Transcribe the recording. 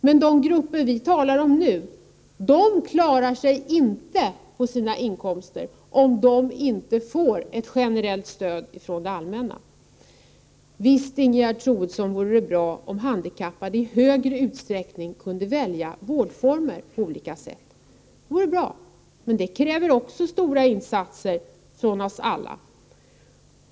Men de grupper som vi talar om nu klarar sig inte på sina inkomster, om de inte får ett generellt stöd från det allmänna. Visst vore det bra, Ingegerd Troedsson, om handikappade i större utsträckning kunde välja mellan olika vårdformer. Men det kräver också stora insatser från oss alla.